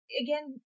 again